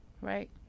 Right